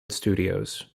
studios